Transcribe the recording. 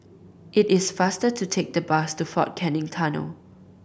it is faster to take the bus to Fort Canning Tunnel